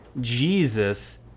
Jesus